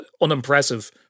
unimpressive